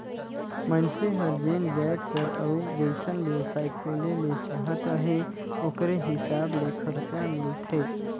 मइनसे हर जेन जाएत कर अउ जइसन बेवसाय खोले ले चाहत अहे ओकरे हिसाब ले खरचा मिलथे